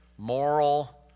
Moral